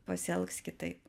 pasielgs kitaip